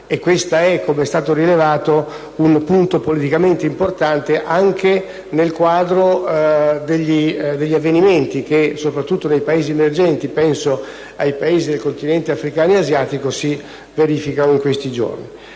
Questo - come è stato rilevato - è un punto politicamente importante, anche nel quadro degli avvenimenti che, soprattutto nei Paesi emergenti - penso ai Paesi dei continenti africano e asiatico - si stanno verificano negli ultimi giorni.